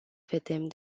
vedem